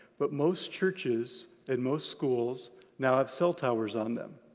but most churches and most schools now have cell towers on them.